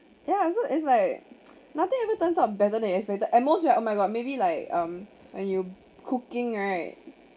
ya so it's like nothing ever turns out better than expected and most right oh my god maybe like um and you cooking right